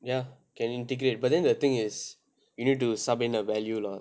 ya can integrate but then the thing is you need to sub in a value lah